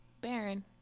Baron